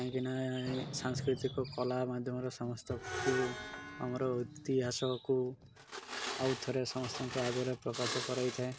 କାହିଁକି ନା ଏ ସାଂସ୍କୃତିକ କଳା ମାଧ୍ୟମରେ ସମସ୍ତଙ୍କୁ ଆମର ଇତିହାସକୁ ଆଉ ଥରେ ସମସ୍ତଙ୍କ ଆଗରେ ପ୍ରକାଶ କରାଇଥାଏ